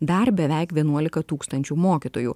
dar beveik vienuolika tūkstančių mokytojų